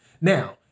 Now